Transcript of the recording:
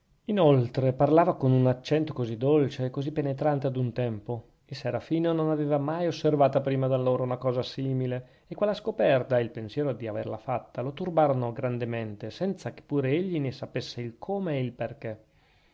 inoltre parlava con un accento così dolce e così penetrante ad un tempo il serafino non aveva mai osservata prima d'allora una cosa simile e quella scoperta e il pensiero di averla fatta lo turbarono grandemente senza che pure egli ne sapesse il come e il perchè